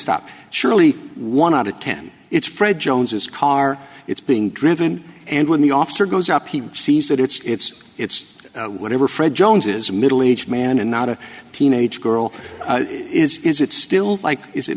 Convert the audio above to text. stop surely one out of ten it's fred jones's car it's being driven and when the officer goes up he sees that it's it's whatever fred jones is a middle aged man and not a teenage girl is is it still like is it